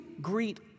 greet